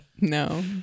No